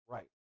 Right